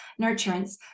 nurturance